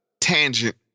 tangent